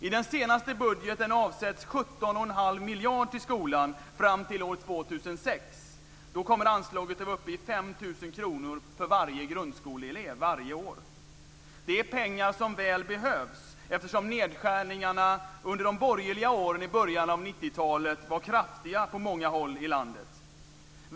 I den senaste budgeten avsätts 17 1⁄2 miljarder kronor till skolan fram till år 2006. Det är pengar som väl behövs eftersom nedskärningarna under de borgerliga åren i början av 90-talet var kraftiga på många håll i landet.